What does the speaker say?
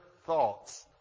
thoughts